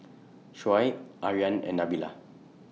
Shoaib Aryan and Nabila